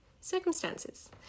circumstances